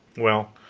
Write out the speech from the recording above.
well,